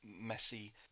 messy